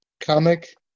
comic